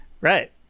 Right